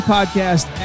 Podcast